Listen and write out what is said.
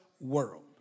world